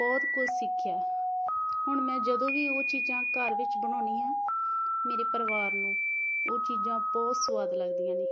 ਬਹੁਤ ਕੁਝ ਸਿੱਖਿਆ ਹੁਣ ਮੈਂ ਜਦੋਂ ਵੀ ਉਹ ਚੀਜ਼ਾਂ ਘਰ ਵਿੱਚ ਬਣਾਉਂਦੀ ਹਾਂ ਮੇਰੇ ਪਰਿਵਾਰ ਨੂੰ ਉਹ ਚੀਜ਼ਾਂ ਬਹੁਤ ਸੁਆਦ ਲੱਗਦੀਆਂ ਨੇ